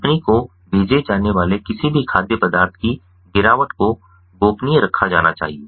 company को भेजे जाने वाले किसी भी खाद्य पदार्थ की गिरावट को गोपनीय रखा जाना चाहिए